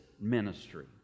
ministry